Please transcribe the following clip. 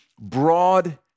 broad